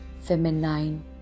feminine